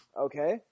Okay